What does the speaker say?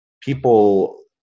people